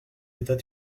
état